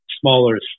smaller